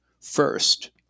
First